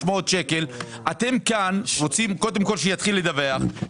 500 שקל אתם כאן רוצים קודם כל שיתחיל לדווח,